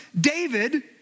David